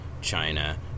China